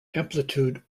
amplitude